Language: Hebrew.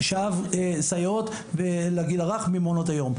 ששאב סייעות לגיל הרך ממעונות היום.